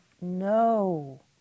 no